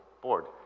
board